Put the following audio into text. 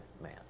man